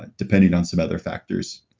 ah depending on some other factors.